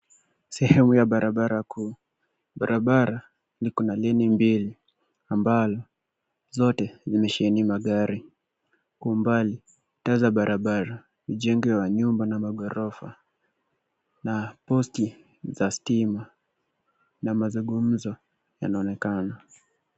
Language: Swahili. Sehemu ya barabara kuu. Barabara liko na leni mbili ambazo zote zimesheheni magari. Kwa umbali taza barabara, vijengo vya nyumba na maghorofa na post za sitima na mazungumzo yanaonekana.